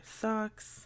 socks